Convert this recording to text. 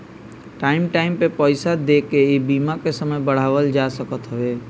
time time पे पईसा देके इ बीमा के समय बढ़ावल जा सकत हवे